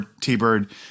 T-Bird